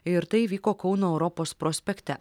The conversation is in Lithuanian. ir tai vyko kauno europos prospekte